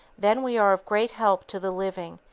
then we are of great help to the living,